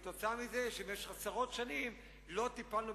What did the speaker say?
כתוצאה מזה שבמשך עשרות שנים לא טיפלנו